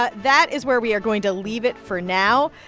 but that is where we are going to leave it for now.